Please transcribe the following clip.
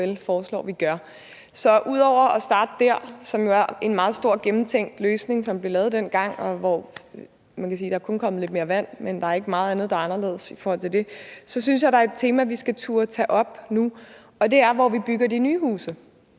Så ud over at starte dér, som jo er en meget stor, gennemtænkt løsning, som vi lavede dengang, hvor man kan sige, at der kun er kommet lidt mere vand, men at der ikke er meget andet, der er anderledes i forhold til det, så synes jeg, at der er et tema, vi skal turde tage op nu, og det er, hvor vi bygger de nye huse.